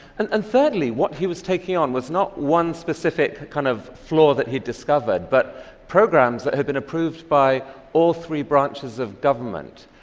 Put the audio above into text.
and and thirdly, what he was taking on was not one specific kind of flaw that he'd discovered, but programs that had been approved by all three branches of government.